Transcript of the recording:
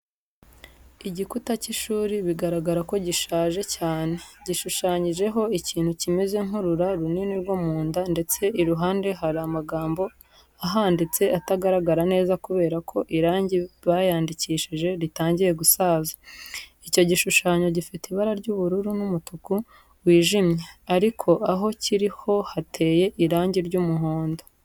Igikuta cy'ishuri bigaragara ko gishaje cyane, gishushanyijeho ikintu kimeze nk'urura runini rwo mu nda ndetse iruhande hari amagambo ahanditse atagaragara neza kubera ko irangi bayandikishije ritangiye gusaza. Icyo gishushanyo gifite ibara ry'ubururu n'umutuku wijimye, ariko aho kiri ho hateye irangi ry'umuhondo.